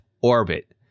orbit